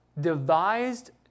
devised